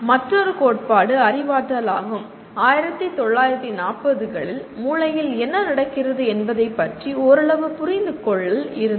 மற்றொரு கோட்பாடு அறிவாற்றல் ஆகும் 1940 களில் மூளையில் என்ன நடக்கிறது என்பதைப்பற்றி ஓரளவு புரிந்துகொள்ளல் இருந்தது